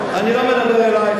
אני לא מדבר אלייך,